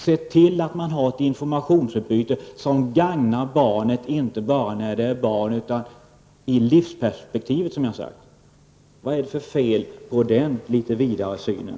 Se till att det finns ett informationsutbyte som gagnar barnet inte bara när det är barn utan i livsperspektivet! Vad är det för fel på den vidare synen?